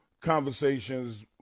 conversations